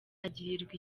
agirirwa